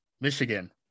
Michigan